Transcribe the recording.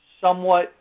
somewhat